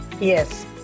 Yes